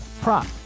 prop